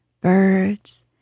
birds